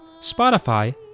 Spotify